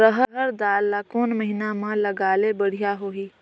रहर दाल ला कोन महीना म लगाले बढ़िया होही?